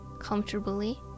comfortably